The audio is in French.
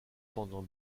cependant